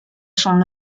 son